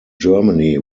germany